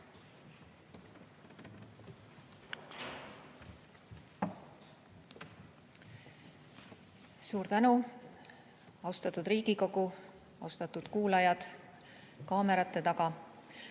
Suur tänu! Austatud Riigikogu! Austatud kuulajad kaamerate taga!